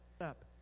up